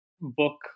book